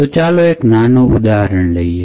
તો ચાલો એક નાનું ઉદાહરણ લઈએ